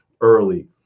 early